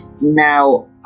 now